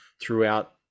throughout